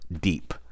deep